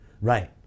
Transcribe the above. right